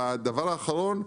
הדבר האחרון הוא